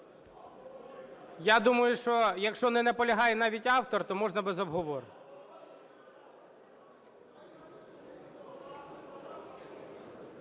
Я думаю, що якщо не наполягає навіть автор, то можна без обговорення.